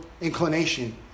Inclination